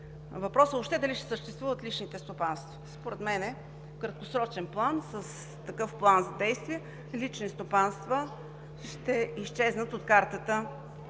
въпроса: въобще дали ще съществуват личните стопанства? Според мен в краткосрочен план с такъв план за действие личните стопанства ще изчезнат от картата